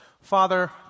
father